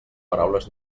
paraules